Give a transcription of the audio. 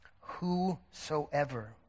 whosoever